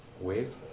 wave